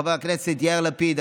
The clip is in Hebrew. חבר הכנסת יאיר לפיד,